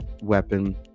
weapon